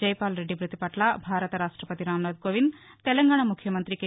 జైపాల్రెడ్డి మ్బతిపట్ల భారత రాష్టపతి రామ్నాధ్ కోవింద్ తెలంగాణా ముఖ్యమంత్రి కె